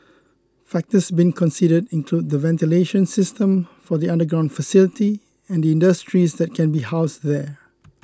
factors being considered include the ventilation system for the underground facility and industries that can be housed there